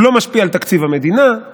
הוא לא משפיע על תקציב המדינה.